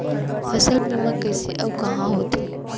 फसल बीमा कइसे अऊ कहाँ होथे?